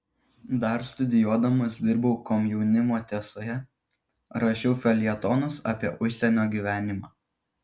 dar studijuodamas dirbau komjaunimo tiesoje rašiau feljetonus apie užsienio gyvenimą